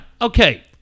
Okay